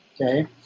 Okay